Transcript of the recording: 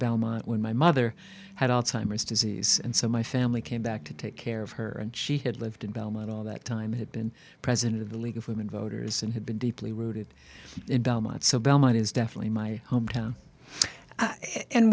belmont when my mother had alzheimer's disease and so my family came back to take care of her and she had lived in belmont all that time had been president of the league of women voters and had been deeply rooted in belmont so belmont is definitely my home town and